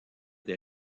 des